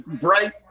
Bright